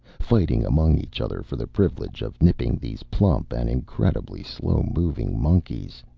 fighting among each other for the privilege of nipping these plump and incredibly slow-moving monkeys.